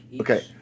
Okay